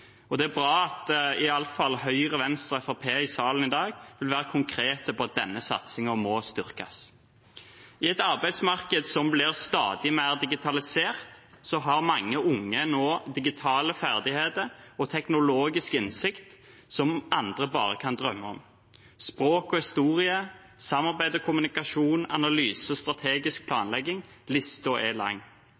Det er bra at iallfall Høyre, Venstre og Fremskrittspartiet i salen i dag vil være konkrete på at denne satsingen må styrkes. I et arbeidsmarked som blir stadig mer digitalisert, har mange unge nå digitale ferdigheter og teknologisk innsikt som andre bare kan drømme om. Språk og historie, samarbeid og kommunikasjon, analyse og strategisk planlegging